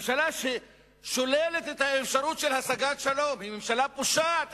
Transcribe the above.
ממשלה ששוללת את האפשרות להשגת שלום היא ממשלה פושעת,